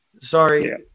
sorry